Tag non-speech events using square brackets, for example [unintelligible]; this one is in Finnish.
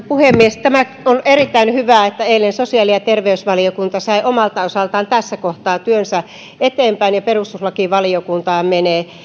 [unintelligible] puhemies on erittäin hyvä että eilen sosiaali ja terveysvaliokunta sai omalta osaltaan tässä kohtaa työnsä eteenpäin ja perustuslakivaliokuntaan se